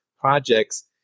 projects